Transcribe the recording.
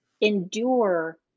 endure